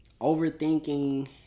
Overthinking